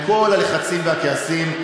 שעם כל הלחצים והכעסים,